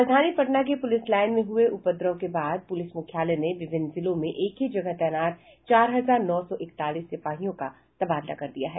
राजधानी पटना की police line में हुए उपद्रव के बाद पुलिस मुख्यालय ने विभिन्न जिलों में एक ही जगह तैनात चार हजार नौ सौ इकतालीस सिपाहियों का तबादला कर दिया है